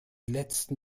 letzten